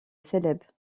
célèbes